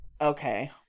Okay